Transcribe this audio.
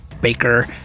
Baker